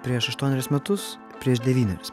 prieš aštuoneris metus prieš devynerius